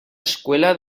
escuela